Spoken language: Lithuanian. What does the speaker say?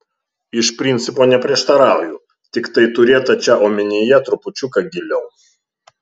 iš principo neprieštarauju tiktai turėta čia omenyje trupučiuką giliau